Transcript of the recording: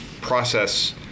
process